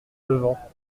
levant